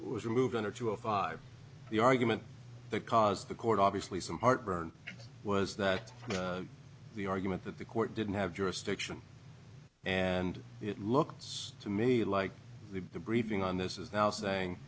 was removed honor to a five the argument that caused the court obviously some heartburn was that the argument that the court didn't have jurisdiction and it looks to me like the briefing on this is now saying